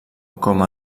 com